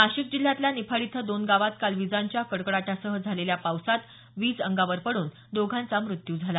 नाशिक जिल्ह्यातल्या निफाड इथं दोन गावात काल विजांच्या कडकडाटासह झालेल्या पावसात वीज अंगावर पडून दोघांचा मृत्यू झाला